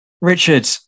Richard